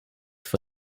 for